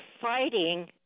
fighting